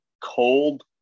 cold